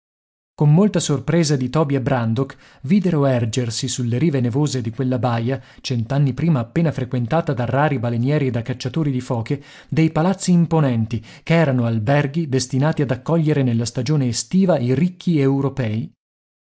con molta sorpresa di toby e brandok videro ergersi sulle rive nevose di quella baia cent'anni prima appena frequentata da rari balenieri e da cacciatori di foche dei palazzi imponenti che erano alberghi destinati ad accogliere nella stagione estiva i ricchi europei